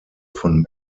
von